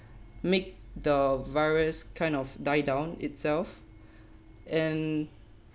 make the virus kind of die down itself and